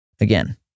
Again